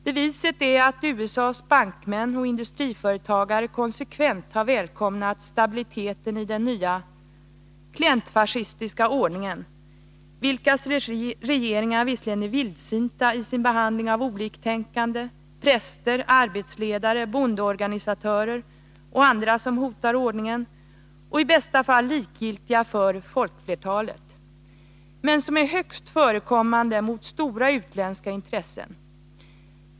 Beviset är att USA:s bankmän och industriföretagare konsekvent har välkomnat ”stabiliteten” i den nya klientfascistiska ordningen, vilkas regeringar visserligen är vildsinta i sin behandling av oliktänkande, präster, arbetarledare, bondeorganisatörer och andra som hotar "ordningen", och i bästa fall likgiltiga för folkflertalet, men som är högst förekommande mot stora utländska intressen.